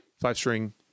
five-string